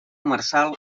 marçal